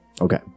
Okay